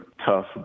tough